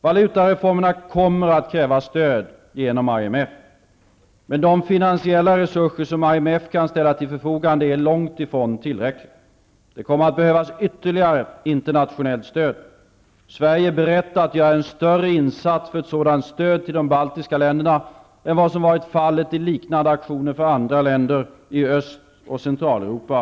Valutareformerna kommer att kräva stöd genom IMF. Men de finansiella resurser som IMF kan ställa till förfogande är långt ifrån tillräckliga. Det kommer att behövas ytterligare internationellt stöd. Sverige är berett att göra en större insats för ett sådant stöd till de baltiska länderna än vad som har varit fallet i liknande aktioner för andra länder i Öst och Centraleuropa.